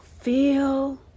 feel